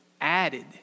added